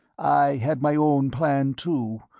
i had my own plan, too,